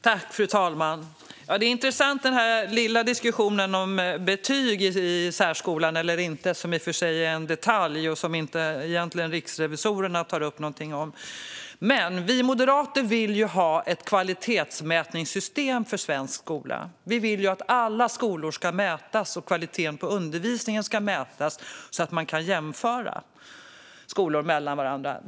Fru talman! Det är intressant med den här lilla diskussionen om betyg eller inte i särskolan, vilket i och för sig är en detalj som riksrevisorerna egentligen inte tar upp. Vi moderater vill ha ett kvalitetsmätningssystem för svensk skola. Vi vill att alla skolor och kvaliteten på undervisningen ska mätas så att man kan jämföra skolor med varandra.